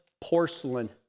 porcelain